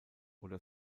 oder